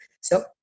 So-